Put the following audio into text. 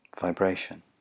vibration